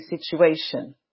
situation